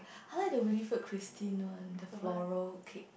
I like the really Christine one the floral cake